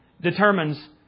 determines